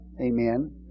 Amen